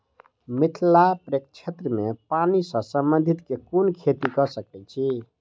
मिथिला प्रक्षेत्र मे पानि सऽ संबंधित केँ कुन खेती कऽ सकै छी?